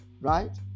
Right